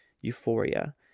Euphoria